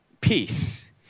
peace